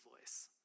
voice